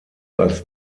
als